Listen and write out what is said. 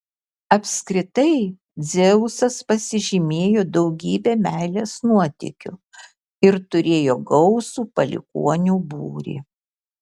apskritai dzeusas pasižymėjo daugybe meilės nuotykių ir turėjo gausų palikuonių būrį